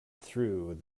through